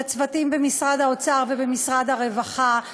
לצוותים במשרד האוצר ובמשרד הרווחה.